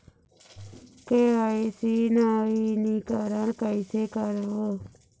KYC नवीनीकरण कैसे करबो?